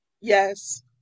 Yes